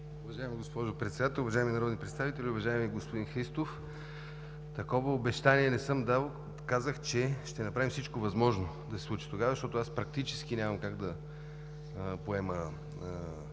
Уважаема госпожо Председател, уважаеми народни представители, уважаеми господин Христов! Такова обещание не съм давал. Казах, че ще направим всичко възможно да се случи тогава, защото аз практически нямам как да поема